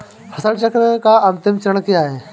फसल चक्र का अंतिम चरण क्या है?